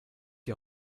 die